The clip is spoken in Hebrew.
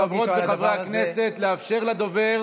אני מבקש מחברות וחברי הכנסת לאפשר לדובר